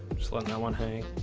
just let no one hang.